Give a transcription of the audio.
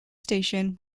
station